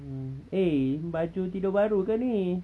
mm eh baju tidur baru ke ni